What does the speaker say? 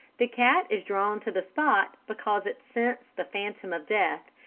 the cat is drawn to the spot because it scents the phantom of death,